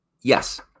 Yes